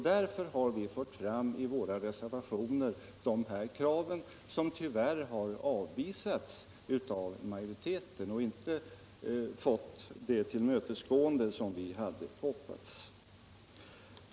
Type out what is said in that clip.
Därför har vi i våra reservationer fört fram dessa krav. som tvvärr har avvisats av majoriteten och inte fått det tillmötesgående som vi hade hoppats.